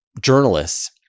journalists